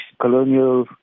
colonial